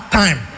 time